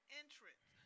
entrance